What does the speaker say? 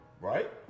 Right